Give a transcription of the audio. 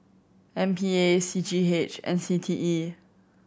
M P A C G H and C T E